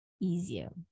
easier